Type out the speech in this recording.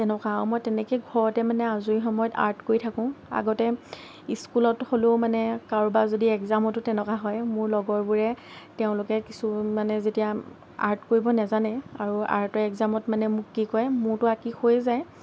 তেনেকুৱা আৰু মই তেনেকৈ ঘৰতে মানে আজৰি সময়ত আৰ্ট কৰি থাকোঁ আগতে স্কুলত হ'লেও মানে কৰোবাৰ যদি একজামতো তেনেকুৱা হয় মোৰ লগৰ বোৰে তেওঁলোকে কিছুমানে যেতিয়া আৰ্ট ৎাৰতং কৰিব নাজানে আৰু আৰ্টৰ একজামত মানে মোক কি কয় মোৰতো আঁকি হৈ যায়